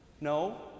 No